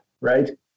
right